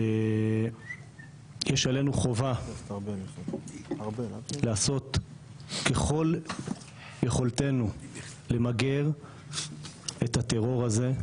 יש עלינו חובה לעשות ככל יכולתנו למגר את הטרור הזה.